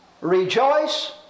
rejoice